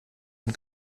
und